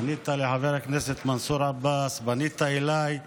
פנית לחבר הכנסת מנסור עבאס, פנית אליי,